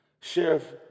Sheriff